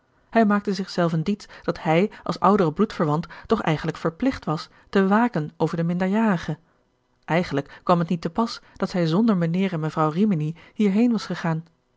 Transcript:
hij maakte zich zelven diets dat hij als oudere bloedverwant toch eigenlijk verplicht was te waken over de minderjarige eigenlijk kwam het niet te pas dat zij zonder mijnheer en gerard keller het testament van mevrouw de tonnette mevrouw rimini hierheen was gegaan